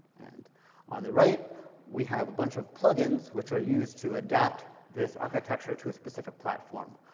and on the right we have a bunch of plug-ins, which are used to adapt this architecture to a specific platform.